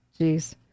Jeez